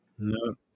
No